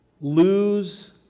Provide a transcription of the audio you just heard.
lose